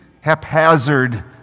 haphazard